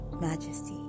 majesty